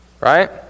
Right